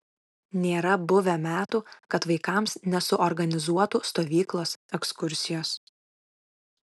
nėra buvę metų kad vaikams nesuorganizuotų stovyklos ekskursijos